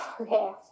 okay